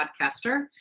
podcaster